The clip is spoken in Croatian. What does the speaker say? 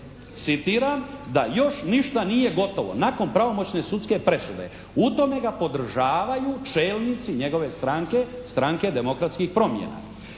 citiram: "da još ništa nije gotovo" nakon pravomoćne sudske presude. U tome ga podržavaju čelnici njegove stranke, Stranke demokratskih promjena.